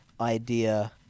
idea